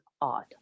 odd